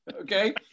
Okay